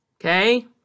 okay